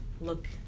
look